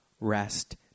rest